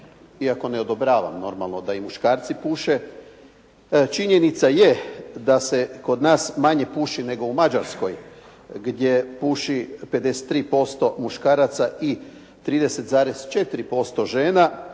Iako ne odobravam normalno da i muškarcu puše. Činjenica je da se kod nas manje puši nego u Mađarskoj gdje puši 53% muškaraca i 30,4% žena